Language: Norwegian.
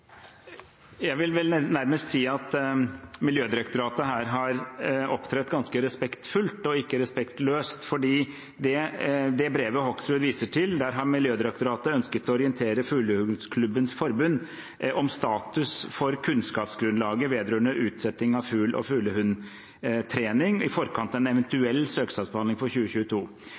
Jeg vil vel nærmest si at Miljødirektoratet her har opptrådt ganske respektfullt og ikke respektløst, for i det brevet Hoksrud viser til, har Miljødirektoratet ønsket å orientere Fuglehundklubbenes Forbund om status for kunnskapsgrunnlaget vedrørende utsetting av fugl for